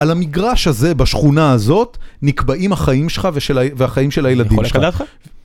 על המגרש הזה, בשכונה הזאת, נקבעים החיים שלך והחיים של הילדים שלך. אני יכול לקנא אותך?